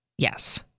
Yes